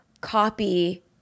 copy